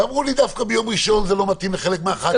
ואמרו לי שדווקא ביום ראשון זה לא מתאים לחלק מחברי הכנסת.